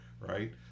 right